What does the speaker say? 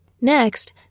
Next